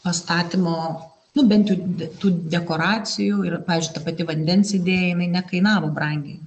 pastatymo nu bent jau tų dekoracijų ir pavyzdžiui ta pati vandens judėjimai nekainavo brangiai